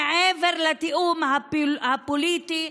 מעבר לתיאום הפוליטי,